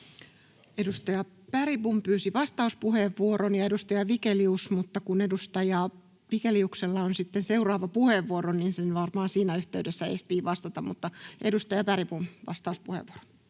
Edustaja Bergbom pyysi vastauspuheenvuoron ja edustaja Vigelius, mutta kun edustaja Vigeliuksella on sitten seuraava puheenvuoro, niin varmaan siinä yhteydessä ehtii vastata. — Edustaja Bergbom, vastauspuheenvuoro.